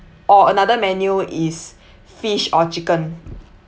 or another menu is fish or chicken